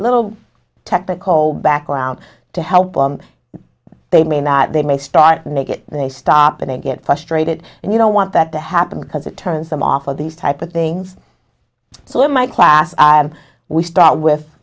little technical background to help them they may not they may start to make it they stop and get frustrated and you don't want that to happen because it turns them off of these type of things so in my class we start with